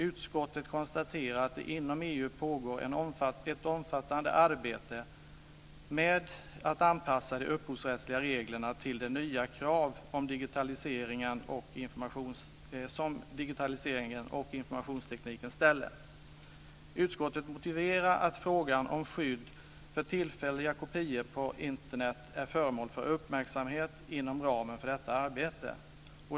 Utskottet konstaterar att det inom EU pågår ett omfattande arbete med att anpassa de upphovsrättsliga reglerna till de nya krav som digitaliseringen och informationstekniken ställer. Utskottet noterar att frågan om skydd för tillfälliga kopior på Internet är föremål för uppmärksamhet inom ramen för detta arbete.